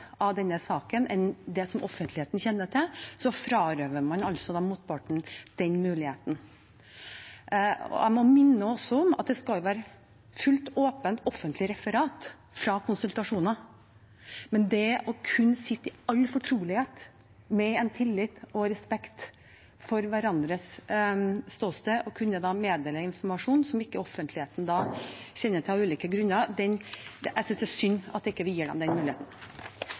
saken, mer enn det som offentligheten kjenner til, og så frarøver man altså motparten den muligheten. Jeg må minne om at det skal være et helt åpent, offentlig referat fra konsultasjoner. Men det å kunne sitte i all fortrolighet med en tillit og respekt for hverandres ståsted og kunne meddele informasjon som ikke offentligheten kjenner til, av ulike grunner, synes jeg det er synd vi ikke gir dem muligheten